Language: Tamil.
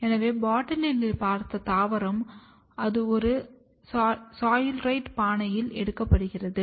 எனவே பாட்டிலில் பார்த்த தாவரம் அது ஒரு சாயில்ரைட் பானையில் எடுக்கப்படுகிறது